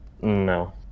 No